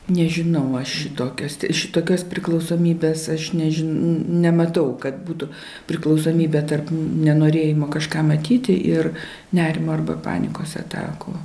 nežinau aš šitokios šitokios priklausomybes aš neži nematau kad būtų priklausomybė tarp nenorėjimo kažką matyti ir nerimą arba panikos atakų